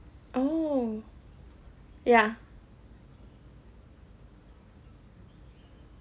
oh yeah